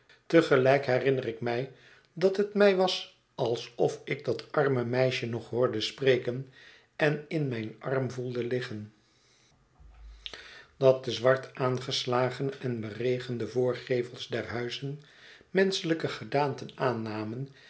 gelijk herinner ik mij dat het mij was alsof ik dat arme meisje nog hoorde spreken en in mijn arm voelde liggen dat de mmm mm mmm mmwbmm het verlaten huis zwart aangeslagene en beregende voorgevels der huizen menschelijke gedaanten aannamen